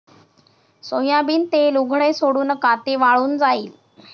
soybean तेल उघडे सोडू नका, ते वाळून जाईल